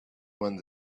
one